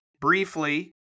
briefly